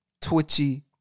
twitchy